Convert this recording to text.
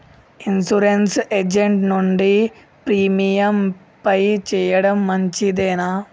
Insurance agent నుండి premium pay చేయడం మంచిదేనా?